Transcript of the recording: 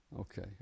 Okay